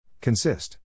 Consist